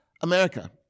America